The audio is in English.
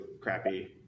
crappy